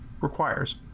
requires